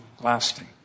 lasting